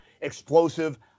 explosive